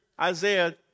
Isaiah